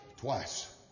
Twice